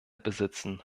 besitzen